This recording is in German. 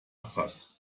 erfasst